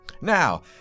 Now